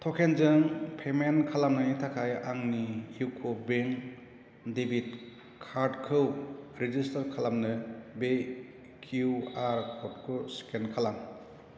ट'केनजों पेमेन्ट खालामनायनि थाखाय आंनि इउक' बेंक डेबिट कार्डखौ रेजिस्टार खालामनो बे किउआर कडखौ स्केन खालाम